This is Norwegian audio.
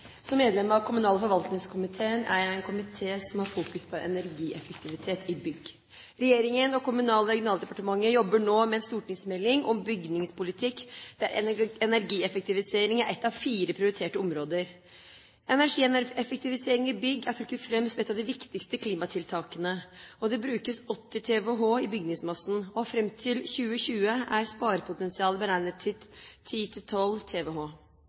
Som medlem av kommunal- og forvaltningskomiteen er jeg i en komité som har fokus på energieffektivitet i bygg. Regjeringen og Kommunal- og regionaldepartementet jobber nå med en stortingsmelding om bygningspolitikk, der energieffektivisering er ett av fire prioriterte områder. Energieffektivisering i bygg er trukket fram som et av de viktigste klimatiltakene. Det brukes 80 TWh i bygningsmassen, og fram til 2020 er sparepotensialet beregnet til